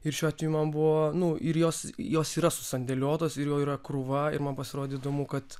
ir šiuo atveju man buvo nu ir jos jos yra susandėliuotas ir jų yra krūva ir man pasirodė įdomu kad